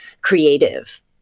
creative